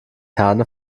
herne